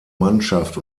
mannschaft